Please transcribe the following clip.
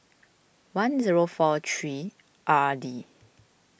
one zero four three R D